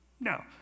No